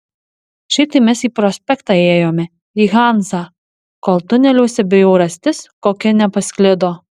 šiaip tai mes į prospektą ėjome į hanzą kol tuneliuose bjaurastis kokia nepasklido